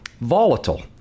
volatile